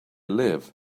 live